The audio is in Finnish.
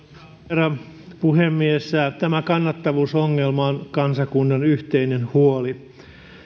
herra puhemies tämä kannattavuusongelma on kansakunnan yhteinen huoli